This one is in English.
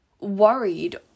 worried